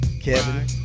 Kevin